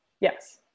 Yes